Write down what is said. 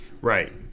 Right